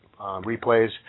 replays